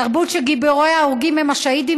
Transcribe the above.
תרבות שגיבוריה ההרוגים הם השהידים,